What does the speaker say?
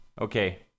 Okay